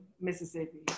Mississippi